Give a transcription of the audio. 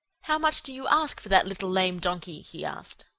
how much do you ask for that little lame donkey? he asked.